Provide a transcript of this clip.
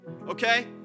okay